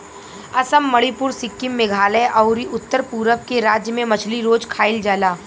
असम, मणिपुर, सिक्किम, मेघालय अउरी उत्तर पूरब के राज्य में मछली रोज खाईल जाला